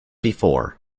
before